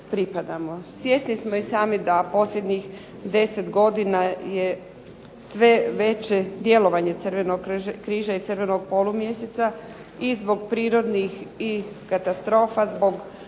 Svjesni smo i sami da posljednjih 10 godina je sve veće djelovanje Crvenog križa i crvenog polumjeseca i zbog prirodnih i katastrofa, zbog globalnog